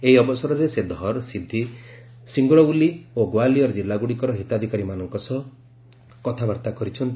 ଏହି ଅବସରରେ ସେ ଧର ସିଦ୍ଧି ସିଙ୍ଗ୍ରଉଲି ଓ ଗୋଆଲିଅର ଜିଲ୍ଲାଗୁଡ଼ିକର ହିତାଧିକାରୀମାନଙ୍କ ସହ କଥାବାର୍ତ୍ତା କରିଛନ୍ତି